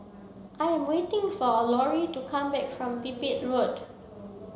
I am waiting for Lorrie to come back from Pipit Road